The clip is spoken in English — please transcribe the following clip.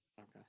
Okay